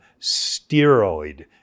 steroid